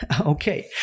Okay